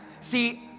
see